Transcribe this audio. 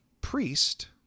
priest